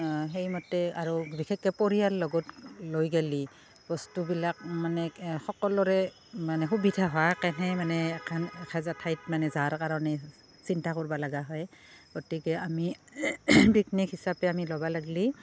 সেইমতে আৰু পৰিয়াল লগত লৈ গেলি বস্তুবিলাক মানে সকলোৰে মানে সুবিধা হোৱাকেনহে মানে এখন এখেজা ঠাইত মানে যাৱাৰ কাৰণে চিন্তা কৰিব লগা হয় গতিকে আমি পিকনিক হিচাপে আমি ল'ব লাগিলে